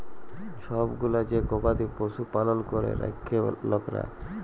ছব গুলা যে গবাদি পশু পালল ক্যরে রাখ্যে লকরা